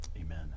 Amen